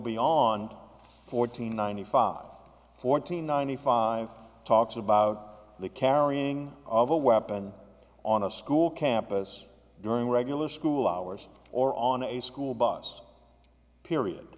beyond fourteen ninety five fourteen ninety five talks about the carrying of a weapon on a school campus during regular school hours or on a school bus period